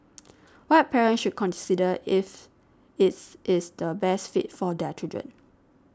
what parents should consider if it's is the best fit for their children